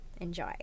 Enjoy